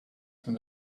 from